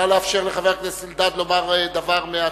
נא לאפשר לחבר הכנסת אלדד לומר דבר מהצד.